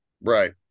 Right